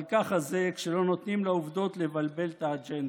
אבל ככה זה כשלא נותנים לעובדות לבלבל את האג'נדה.